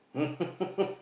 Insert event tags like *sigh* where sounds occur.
*laughs*